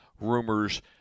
rumors